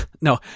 No